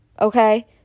okay